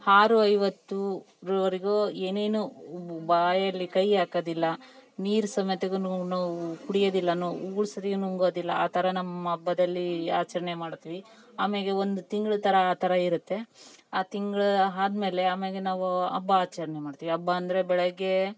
ಆರು ಐವತ್ತು ರವರೆಗು ಏನೇನು ಬಾಯಲ್ಲಿ ಕೈ ಹಾಕದಿಲ್ಲ ನೀರು ಸಮೇತಗನು ನಾವು ಕುಡಿಯೋದಿಲ್ಲ ನಾವ್ ಉಗುಳ್ ಸತಿಯಾ ನುಂಗೋದಿಲ್ಲ ಆ ಥರ ನಮ್ಮ ಹಬ್ಬದಲ್ಲಿ ಆಚರಣೆ ಮಾಡ್ತೀವಿ ಆಮ್ಯಾಗೆ ಒಂದು ತಿಂಗ್ಳು ಥರ ಆ ಥರ ಇರುತ್ತೆ ಆ ತಿಂಗ್ಳು ಆದ್ಮೇಲೆ ಆಮ್ಯಾಗೆ ನಾವು ಹಬ್ಬ ಆಚರಣೆ ಮಾಡ್ತೀವಿ ಹಬ್ಬ ಅಂದರೆ ಬೆಳಗ್ಗೆ